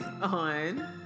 on